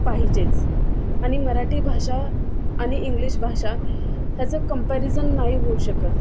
पाहिजेच आणि मराठी भाषा आणि इंग्लिश भाषा ह्याचं कंपॅरिझन नाही होऊ शकत